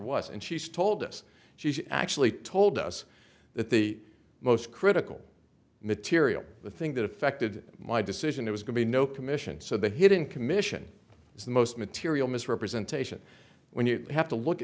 was and she's told us she actually told us that the most critical material the thing that affected my decision it was going to be no commission so the hidden commission is the most material misrepresentation when you have to look